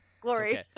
glory